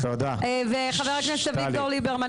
וחבר הכנסת ליברמן,